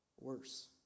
worse